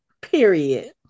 period